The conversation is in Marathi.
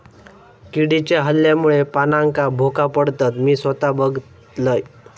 किडीच्या हल्ल्यामुळे पानांका भोका पडतत, मी स्वता बघलंय